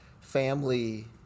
family